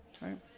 Right